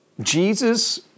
Jesus